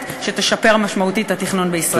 שתשפר משמעותית את התכנון בישראל.